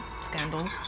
scandals